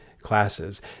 classes